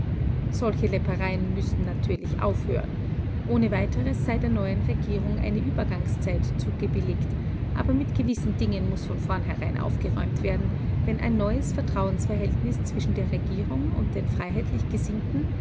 solche läppereien müssen natürlich aufhören ohne weiteres sei der neuen regierung eine übergangszeit zugebilligt aber mit gewissen dingen muß von vornherein aufgeräumt werden wenn ein neues vertrauensverhältnis zwischen der regierung und den freiheitlich gesinnten